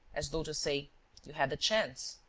as though to say you had the chance.